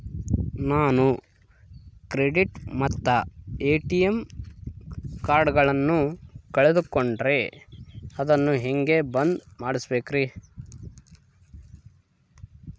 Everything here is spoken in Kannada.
ನಾನು ಕ್ರೆಡಿಟ್ ಮತ್ತ ಎ.ಟಿ.ಎಂ ಕಾರ್ಡಗಳನ್ನು ಕಳಕೊಂಡರೆ ಅದನ್ನು ಹೆಂಗೆ ಬಂದ್ ಮಾಡಿಸಬೇಕ್ರಿ?